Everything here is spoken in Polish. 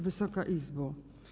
Wysoka Izbo!